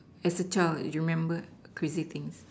as a child you remember crazy things